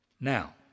Now